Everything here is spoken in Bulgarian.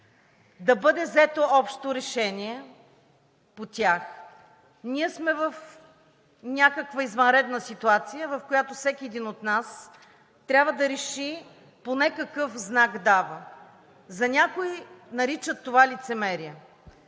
да бъде взето общо решение по тях. Ние сме в някаква извънредна ситуация, в която всеки един от нас трябва да реши поне какъв знак дава. Някои наричат това лицемерие,